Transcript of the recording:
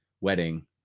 wedding